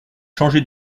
changé